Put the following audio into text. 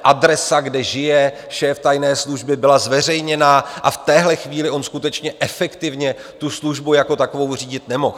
Adresa, kde žije šéf tajné služby, byla zveřejněna, a v téhle chvíli on skutečně efektivně tu službu jako takovou řídit nemohl.